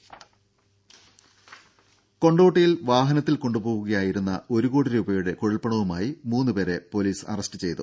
ദേദ കൊണ്ടോട്ടിയിൽ വാഹനത്തിൽ കൊണ്ടുപോകുകയായിരുന്ന ഒരുകോടി രൂപയുടെ കുഴൽപ്പണവുമായി മൂന്ന് പേരെ പോലീസ് അറസ്റ്റ് ചെയ്തു